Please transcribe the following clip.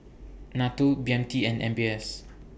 NATO B M T and M B S